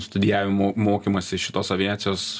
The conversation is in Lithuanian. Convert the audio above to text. studijavimo mokymąsi šitos aviacijos